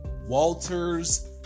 Walter's